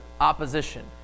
opposition